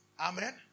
Amen